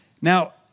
Now